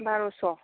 बार'स'